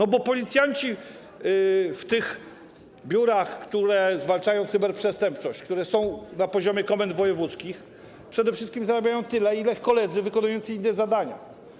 Dlatego że policjanci w tych biurach, które zwalczają cyberprzestępczość, które są na poziomie komend wojewódzkich, przede wszystkim zarabiają tyle, ile ich koledzy wykonujący inne zadania.